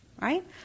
Right